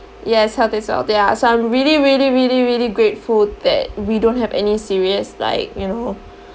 yes health is wealth ya so I'm really really really really grateful that we don't have any serious like you know